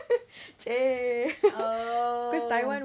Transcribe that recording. !chey! cause taiwan